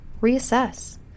reassess